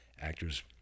actor's